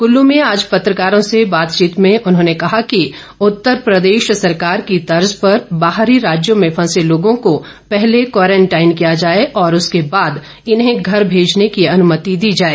कुल्लू में आज पत्रकारों से बातचीत में उन्होंने कहा कि उत्तर प्रदेश सरकार की तर्ज पर बाहरी राज्यों में फंसे लोगों को पहले क्वारंटाइन किया जाए और इसके बाद इन्हें घर भेजने की अनुमति दी जाए